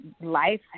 life